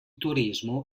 turismo